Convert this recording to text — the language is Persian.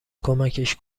کمکش